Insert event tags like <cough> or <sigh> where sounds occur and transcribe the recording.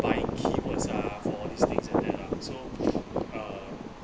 buying keywords ah for these things and that ah so <noise> uh